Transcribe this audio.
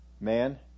man